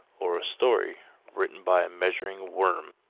or a story written by a measuring-worm.